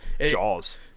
jaws